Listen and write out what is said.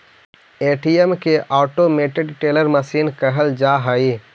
ATM के automated teller machine कहल जा हइ